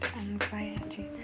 anxiety